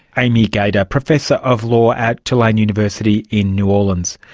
amy gajda, professor of law at tulane university in new orleans.